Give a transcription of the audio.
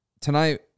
Tonight